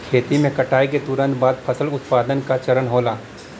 खेती में कटाई के तुरंत बाद फसल उत्पादन का चरण होला